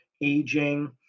aging